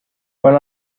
when